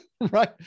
right